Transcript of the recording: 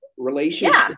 relationship